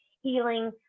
healing